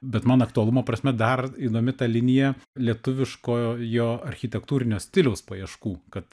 bet man aktualumo prasme dar įdomi ta linija lietuviškojo architektūrinio stiliaus paieškų kad